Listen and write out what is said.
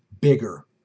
bigger